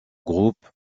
groupe